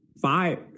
Five